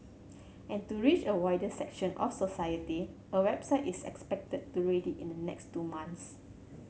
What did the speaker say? and to reach a wider section of society a website is expected to ready in the next two months